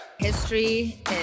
History